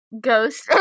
ghost